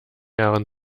jahren